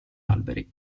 alberi